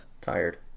tired